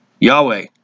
Yahweh